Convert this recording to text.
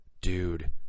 dude